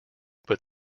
but